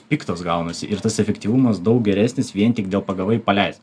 piktos gaunasi ir tas efektyvumas daug geresnis vien tik dėl pagavai paleisk